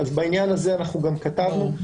בעניין הזה גם כתבנו.